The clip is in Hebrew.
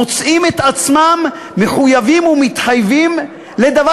מוצאים את עצמם מחויבים ומתחייבים לדבר